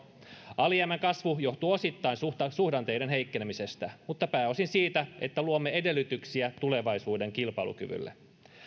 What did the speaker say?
alijäämän kasvu johtuu osittain suhdanteiden heikkenemisestä mutta pääosin siitä että luomme edellytyksiä tulevaisuuden kilpailukyvylle